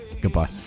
Goodbye